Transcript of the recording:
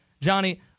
Johnny